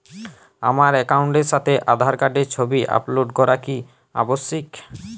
আমার অ্যাকাউন্টের সাথে আধার কার্ডের ছবি আপলোড করা কি আবশ্যিক?